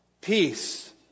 Peace